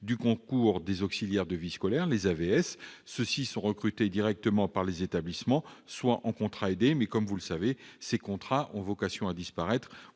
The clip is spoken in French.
du concours des auxiliaires de vie scolaire, les AVS. Ceux-ci sont recrutés directement par les établissements, soit en contrat aidé- mais, comme vous le savez, ces contrats ont vocation à disparaître